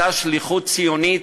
אותה שליחות ציונית,